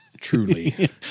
truly